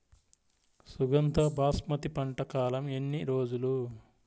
సుగంధ బాస్మతి పంట కాలం ఎన్ని రోజులు?